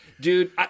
Dude